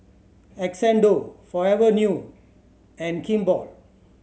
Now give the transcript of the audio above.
Xndo Forever New and Kimball